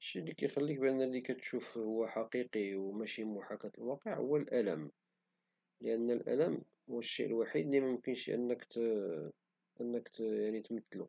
الشيء اللي كيخليك تشوف هو حقيقي شي محاكاة للواقع هو الالم لان الالم هو الشيء الوحيد اللي مميمكنشي انك تبدلو